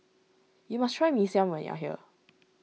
you must try Mee Siam when you are here